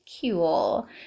cool